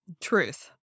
Truth